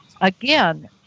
again